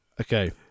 Okay